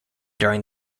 during